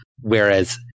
whereas